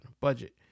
budget